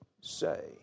say